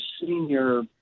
senior